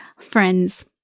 Friends